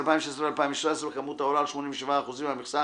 2016 ו-2017 בכמות העולה על 87 אחוזים מהמכסה